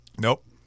Nope